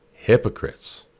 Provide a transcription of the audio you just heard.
hypocrites